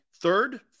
Third